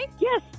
Yes